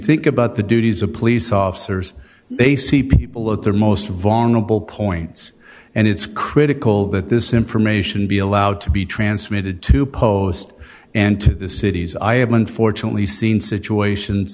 think about the duties of police officers they see people at their most vulnerable points and it's critical that this information be allowed to be transmitted to post and to the cities i have unfortunately seen situations